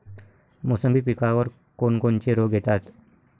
मोसंबी पिकावर कोन कोनचे रोग येतात?